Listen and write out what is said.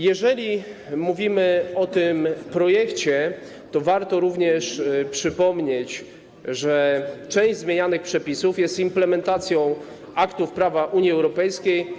Jeżeli mówimy o tym projekcie, to warto również przypomnieć, że część zmienianych przepisów jest implementacją aktów prawa Unii Europejskiej.